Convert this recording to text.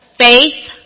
Faith